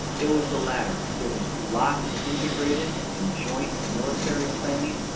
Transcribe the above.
it was the latter. there was lots of integrated and joint military planning,